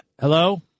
Hello